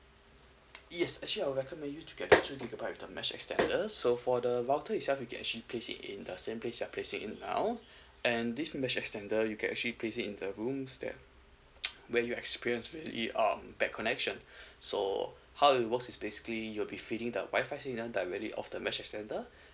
yes actually I would recommend you to get the two gigabyte with the mesh extender so for the router itself you can actually placed it in the same place you're placing it now and this mesh extender you can actually place it in the rooms that when you experience really um bad connection so how it works is basically you'll be feeling the Wi-Fi signal directly off the mesh extender